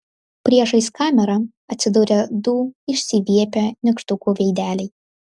priešais kamerą atsidūrė du išsiviepę nykštukų veideliai